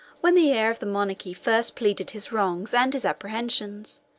when the heir of the monarchy first pleaded his wrongs and his apprehensions,